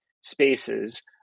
spaces